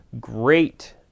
great